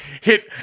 hit